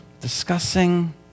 discussing